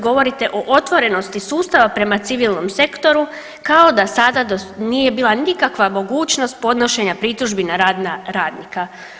Govorite o otvorenosti sustava prema civilnom sektoru kao da do sada nije bila nikakva mogućnost podnošenja pritužbi na rad radnika.